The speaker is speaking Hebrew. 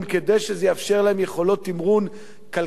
כדי שזה יאפשר להם יכולות תמרון כלכליות-פיננסיות